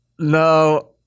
No